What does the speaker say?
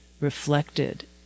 reflected